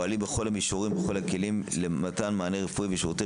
פועלים בכל המישורים ובכל הכלים למתן מענה רפואי ושירותי